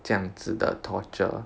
这样子的 torture